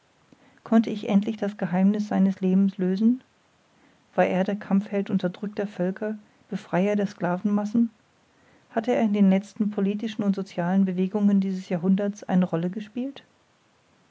konnte ich endlich das geheimniß seines lebens lösen war er der kampfheld unterdrückter völker befreier der sclavenmassen hatte er in den letzten politischen oder socialen bewegungen dieses jahrhunderts eine rolle gespielt